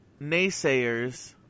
naysayers